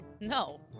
No